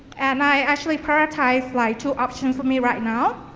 and i actually prioritized like two options for me right now.